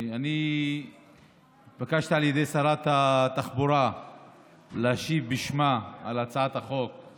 אני התבקשתי על ידי שרת התחבורה להשיב בשמה על הצעת החוק,